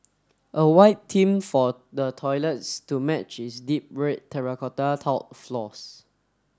a white theme for the toilets to match its deep red terracotta tiled floors